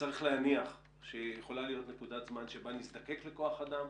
צריך להניח שיכולה להיות נקודת זמן שבה נזדקק לכוח אדם,